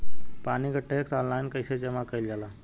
पानी क tax online कईसे जमा कईल जाला?